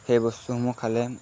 সেই বস্তুসমূহ খালে